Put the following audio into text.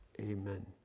Amen